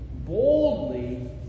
boldly